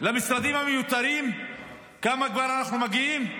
למשרדים המיותרים, לכמה כבר אנחנו מגיעים?